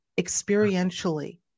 Experientially